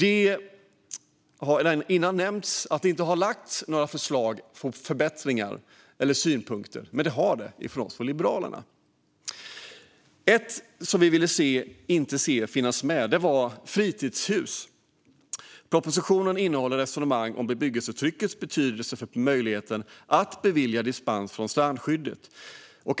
Det har tidigare nämnts att det inte har lagts fram några förslag eller synpunkter på förbättringar, men det har det - från oss i Liberalerna. Något som vi inte ville se finnas med gäller fritidshus. Propositionen innehåller resonemang om bebyggelsetryckets betydelse för möjligheten att bevilja dispens från strandskyddet.